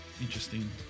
interesting